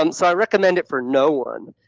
um so i recommend it for no one.